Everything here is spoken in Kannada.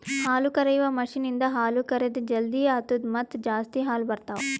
ಹಾಲುಕರೆಯುವ ಮಷೀನ್ ಇಂದ ಹಾಲು ಕರೆದ್ ಜಲ್ದಿ ಆತ್ತುದ ಮತ್ತ ಜಾಸ್ತಿ ಹಾಲು ಬರ್ತಾವ